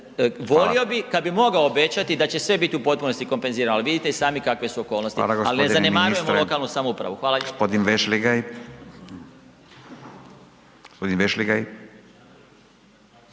Volio bi kad bi mogao obećati da će sve biti u potpunosti kompenzirano, ali vidite i sami kakve su okolnosti, … …/Upadica Radin: Hvala,